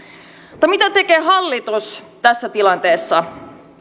mutta mitä tekee hallitus tässä tilanteessa